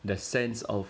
the sense of